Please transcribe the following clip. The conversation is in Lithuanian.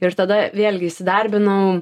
ir tada vėlgi įsidarbinau